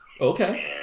Okay